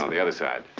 ah the other side